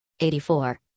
84